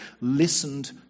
listened